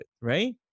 right